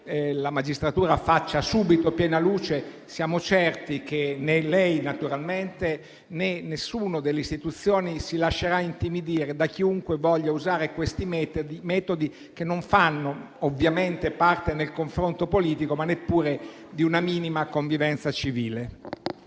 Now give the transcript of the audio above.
la magistratura faccia subito piena luce), siamo certi che né lei, naturalmente, né nessuno delle istituzioni si lascerà intimidire da chiunque voglia usare questi metodi, che non fanno ovviamente parte del confronto politico, ma neppure di una minima convivenza civile.